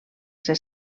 ser